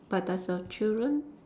but does your children